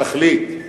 תחליט,